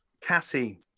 Cassie